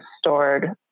stored